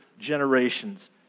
generations